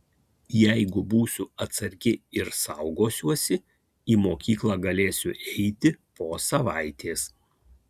jeigu būsiu atsargi ir saugosiuosi į mokyklą galėsiu eiti po savaitės